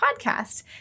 podcast